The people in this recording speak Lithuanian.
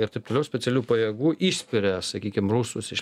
ir taip toliau specialių pajėgų išspiria sakykim rusus iš